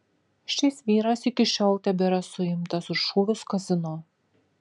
šis vyras iki šiol tebėra suimtas už šūvius kazino